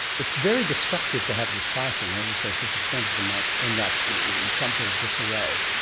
it's very destructive to have this fighting. as you say, fifty percent of them might end up in some sort of disarray.